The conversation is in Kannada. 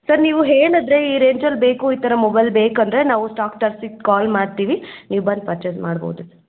ಸರ್ ನೀವು ಹೇಳದ್ರೆ ಈ ರೇಂಜಲ್ಲಿ ಬೇಕು ಈ ಥರ ಮೊಬೈಲ್ ಬೇಕೂಂದ್ರೆ ನಾವು ಸ್ಟಾಕ್ ತರಿಸಿ ಕಾಲ್ ಮಾಡ್ತೀವಿ ನೀವು ಬಂದು ಪರ್ಚೇಸ್ ಮಾಡ್ಬೋದು ಸರ್